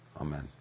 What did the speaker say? Amen